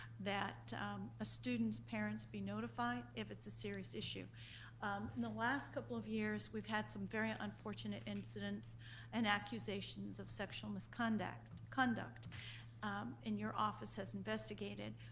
that a student's parents be notified if it's a serious issue, in the last couple of years, we've had some very unfortunate incidents and accusations of sexual misconduct kind of but and your office has investigated.